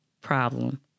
problem